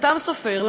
החת"ם סופר,